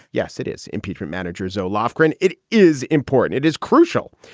yes, it is impeachment manager zoe lofgren. it is important. it is crucial.